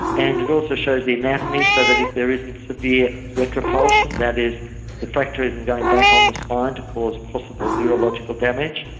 and it also shows is the anatomy so that if there isn't severe retropulsion, that is the fracture isn't going back on the spine to cause possible neurological damage,